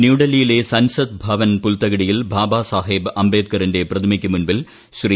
ന്യൂഡൽഹിയിലെ സൻസദ് ഭവൻ പുൽത്തകിടിയിൽ ബാബാ സാഹേബ് അംബേദ്ക്കറിന്റെ പ്രതിമക്ക് മുൻപിൽ ശ്രീ